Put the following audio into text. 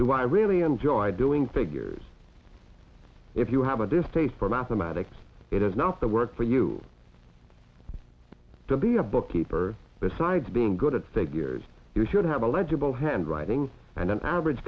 do i really enjoy doing figures if you have a distaste for mathematics it is not the work for you to be a bookkeeper besides being good at figures you should have a legible handwriting and an average